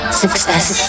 success